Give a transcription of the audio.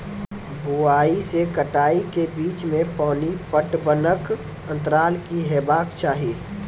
बुआई से कटाई के बीच मे पानि पटबनक अन्तराल की हेबाक चाही?